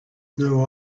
know